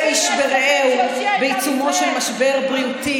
איש ברעהו בעיצומו של משבר בריאותי,